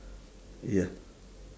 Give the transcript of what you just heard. ya